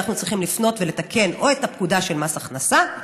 אנחנו צריכים לפנות ולתקן את הפקודה של הביטוח